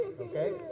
okay